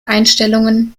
einstellungen